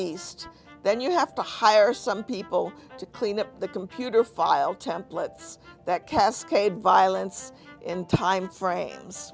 east then you have to hire some people to clean up the computer file templates that cascade violence in time frames